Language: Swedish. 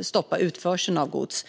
stoppa utförseln av gods.